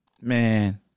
Man